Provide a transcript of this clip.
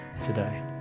today